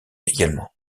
également